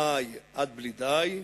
מאי עד בלי די?